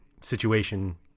situation